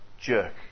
jerk